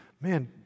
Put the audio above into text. man